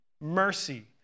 Mercy